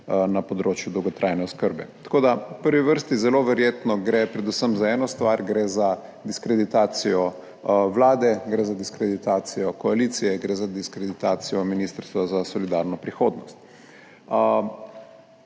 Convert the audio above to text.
na področju dolgotrajne oskrbe. Tako v prvi vrsti zelo verjetno gre predvsem za eno stvar, gre za diskreditacijo 13. TRAK (VI) 14.45 (Nadaljevanje) Vlade, gre za diskreditacijo koalicije, gre za diskreditacijo Ministrstva za solidarno prihodnost.